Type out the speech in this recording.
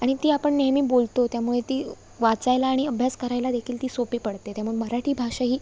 आणि ती आपण नेहमी बोलतो त्यामुळे ती वाचायला आणि अभ्यास करायला देखील ती सोपी पडते त्यामुळे मराठी भाषा ही